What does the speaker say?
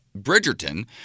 Bridgerton